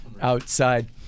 outside